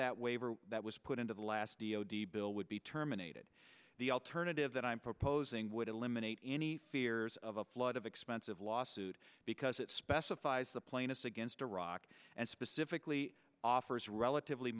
that waiver that was put into the last d o d bill would be terminated the alternative that i'm proposing would eliminate any fears of a flood of expensive lawsuit because it specifies the plaintiffs against iraq and specifically offers relatively